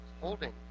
holding